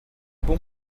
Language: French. bon